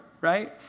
right